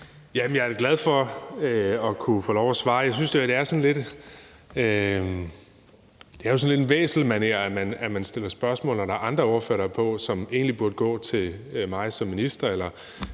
Jeg synes, atdet er sådan lidt en væselmanér, at man stiller spørgsmål, når andre ordførere er på, som egentlig burde gå til mig som minister